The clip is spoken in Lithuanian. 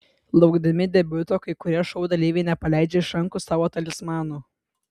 laukdami debiuto kai kurie šou dalyviai nepaleidžia iš rankų savo talismanų